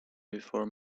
before